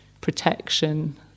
protection